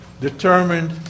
determined